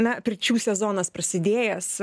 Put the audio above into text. na pirčių sezonas prasidėjęs